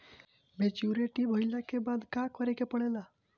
Maturity भईला के बाद का करे के पड़ेला?